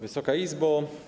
Wysoka Izbo!